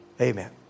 Amen